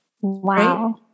wow